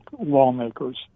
lawmakers